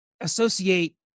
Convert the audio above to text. associate